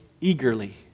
eagerly